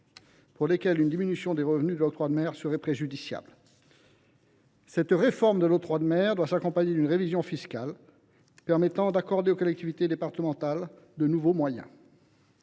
à qui une diminution des revenus de l’octroi de mer serait préjudiciable. La réforme de l’octroi de mer doit s’accompagner d’une révision fiscale permettant d’accorder aux collectivités départementales de nouveaux moyens,